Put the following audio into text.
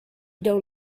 don’t